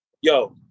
Yo